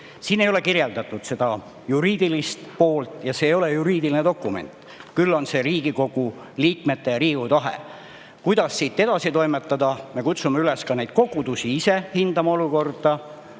Siin ei ole kirjeldatud seda juriidilist poolt ja see ei ole juriidiline dokument. Küll on see Riigikogu liikmete ja Riigikogu tahe. Kuidas edasi toimetada? Me kutsume ka neid kogudusi üles ise hindama olukorda